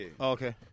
Okay